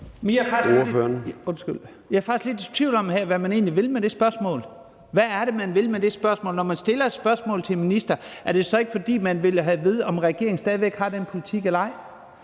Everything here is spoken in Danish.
Jeg er faktisk lidt i tvivl om, hvad man egentlig vil med det spørgsmål. Hvad er det, man vil med det spørgsmål? Når man stiller et spørgsmål til en minister, er det så ikke, fordi man vil have at vide, om regeringen stadig væk har den politik eller ej?